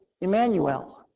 Emmanuel